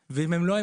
הקדמה.